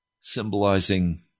symbolizing